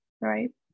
right